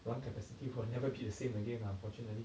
lung capacity will never be the same again ah unfortunately